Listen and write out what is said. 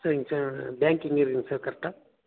சரிங்க sir bank எங்கே இருக்குது சார் கரெக்டாக